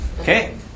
Okay